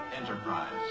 Enterprise